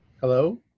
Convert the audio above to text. Hello